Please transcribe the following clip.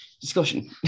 discussion